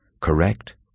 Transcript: Correct